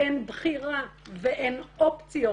אין בחירה ואין אופציות.